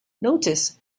notice